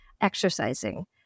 exercising